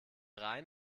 rhein